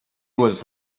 was